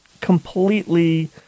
completely